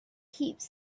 heaps